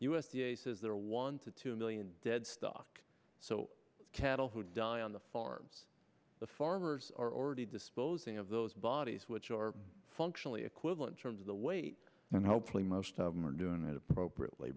a says there are one to two million dead stock so cattle who die on the farms the farmers are already disposing of those bodies which are functionally equivalent sort of the weight and hopefully most of them are doing it appropriately